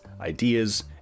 ideas